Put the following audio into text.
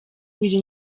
biri